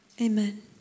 Amen